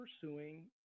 pursuing